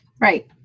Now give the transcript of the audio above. right